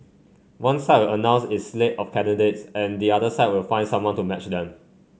one side will announce its slate of candidates and the other side will find someone to match them